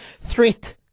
threat